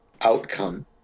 outcome